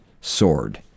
sword